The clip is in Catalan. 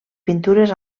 pintures